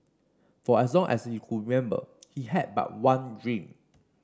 for as long as he could remember he had but one dream